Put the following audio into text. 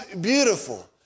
beautiful